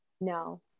No